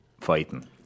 fighting